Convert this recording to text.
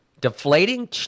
deflating